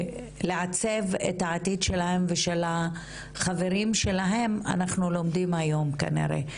לעצב את העתיד שלהם ושל החברים שלהם אנחנו לומדים היום כנראה.